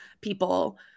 people